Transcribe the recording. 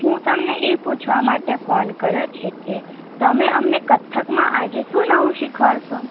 હું તમને એ પૂછવા માટે ફોન કર્યો છે કે તમે અમને કથકમાં આજે શું નવું શીખવાડશો